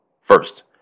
First